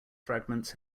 fragments